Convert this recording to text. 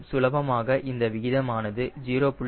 மேலும் சுலபமாக இந்த விகிதம் ஆனது 0